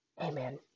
Amen